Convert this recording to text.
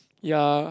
ya